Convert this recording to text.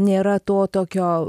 nėra to tokio